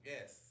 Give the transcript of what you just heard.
Yes